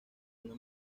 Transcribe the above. una